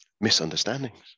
misunderstandings